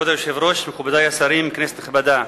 כבוד היושב-ראש, מכובדי השרים, כנסת נכבדה,